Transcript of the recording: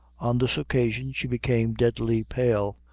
on this occasion she became deadly pale,